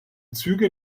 züge